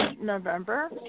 November